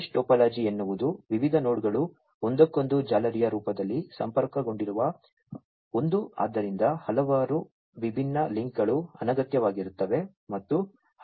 mesh topology ಎನ್ನುವುದು ವಿವಿಧ ನೋಡ್ಗಳು ಒಂದಕ್ಕೊಂದು ಜಾಲರಿಯ ರೂಪದಲ್ಲಿ ಸಂಪರ್ಕಗೊಂಡಿರುವ ಒಂದು ಆದ್ದರಿಂದ ಹಲವಾರು ವಿಭಿನ್ನ ಲಿಂಕ್ಗಳು ಅನಗತ್ಯವಾಗಿರುತ್ತವೆ ಮತ್ತು ಹಲವು ವಿಭಿನ್ನ ಲಿಂಕ್ಗಳು ಇವೆ